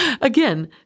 Again